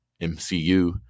MCU